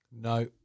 No